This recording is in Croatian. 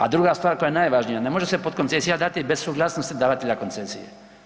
A druga stvar koja je najvažnija ne može se potkoncesija dati bez suglasnosti davatelja koncesije.